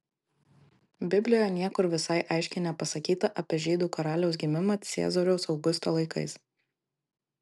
biblijoje niekur visai aiškiai nepasakyta apie žydų karaliaus gimimą ciesoriaus augusto laikais